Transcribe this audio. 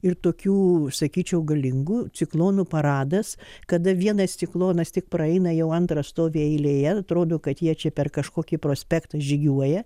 ir tokių sakyčiau galingų ciklonų paradas kada vienas ciklonas tik praeina jau antras stovi eilėje atrodo kad jie čia per kažkokį prospektą žygiuoja